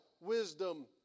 wisdom